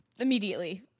immediately